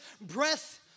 breath